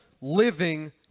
living